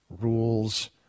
rules